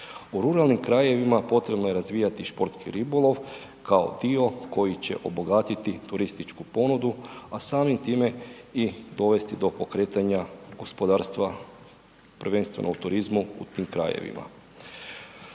U ruralnim krajevima potrebno je razvijati športski ribolov kao dio koji će obogatiti turističku ponudu a samim time i dovesti do pokretanja gospodarstva prvenstveno u turizmu u tim krajevima.